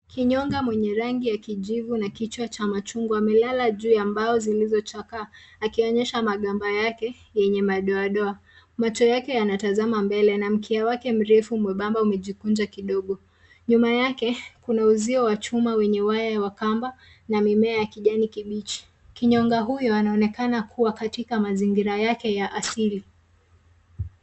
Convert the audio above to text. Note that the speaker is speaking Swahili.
Kinyonga mwenye rangi ya kijivu na kichwa cha machungwa amelala juu ya mbao zilizochakaa akionyesha magamba yake yenye madoadoa. Macho yake yanatazama mbele na mkia wake mrefu mwembamba umejikunja kidogo. Nyuma yake kuna uzio wa chuma wenye waya wa kamba na mimea ya kijani kibichi. Kinyoga huyo anaonekana kuwa katika mazingira yake ya asili.